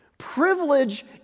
Privilege